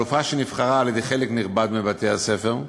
חלופה שנבחרה על-ידי חלק נכבד מבתי-הספר,